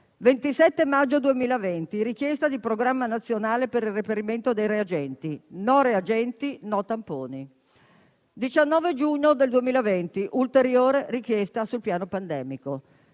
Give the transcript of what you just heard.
interrogazione: richiesta di un programma nazionale per il reperimento dei reagenti. No reagenti, no tamponi; 19 giugno 2020: ulteriore richiesta sul piano pandemico.